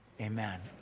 amen